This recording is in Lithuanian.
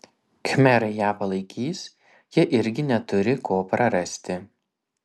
khmerai ją palaikys jie irgi neturi ko prarasti